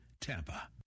TAMPA